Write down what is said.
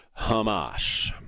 Hamas